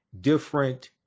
different